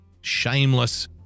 Shameless